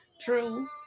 True